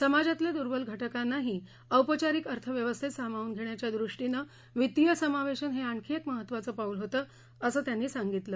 समाजातल्या दुर्बल घटकांनाही औपचारिक अर्थव्यवस्थेत सामावून घेण्याच्या दृष्टीने वित्तीय समावेशन हे आणखी एक महत्वाचं पाऊल होतं असं त्यांनी सांगितलं